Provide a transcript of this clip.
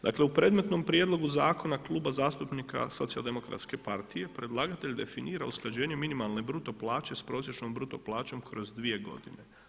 Dakle u predmetnom prijedlogu Zakona kluba zastupnika Socijal-demokratske partije predlagatelj definira usklađenje minimalne bruto plaće sa prosječnom bruto plaćom kroz 2 godine.